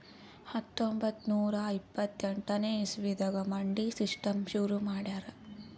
ಹತ್ತೊಂಬತ್ತ್ ನೂರಾ ಇಪ್ಪತ್ತೆಂಟನೇ ಇಸವಿದಾಗ್ ಮಂಡಿ ಸಿಸ್ಟಮ್ ಶುರು ಮಾಡ್ಯಾರ್